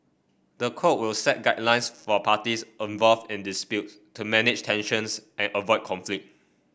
the code will set guidelines for parties involved in disputes to manage tensions and avoid conflict